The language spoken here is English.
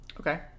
Okay